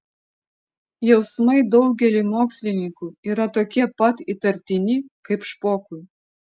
jausmai daugeliui mokslininkų yra tokie pat įtartini kaip špokui